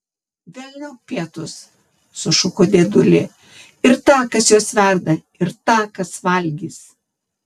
velniop pietus sušuko dėdulė ir tą kas juos verda ir tą kas valgys